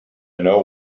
know